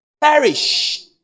perish